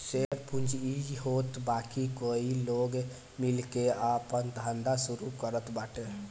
share पूंजी इ होत बाकी कई लोग मिल के आपन धंधा शुरू करत बाटे